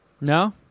No